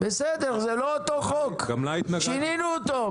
בסדר, זה לא אותו חוק, שינינו אותו.